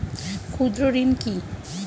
ক্ষুদ্র ঋণ কি?